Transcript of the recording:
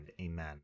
Amen